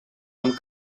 amb